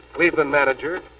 cleveland manager,